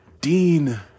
Dean